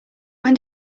when